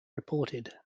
reported